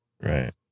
Right